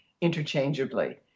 interchangeably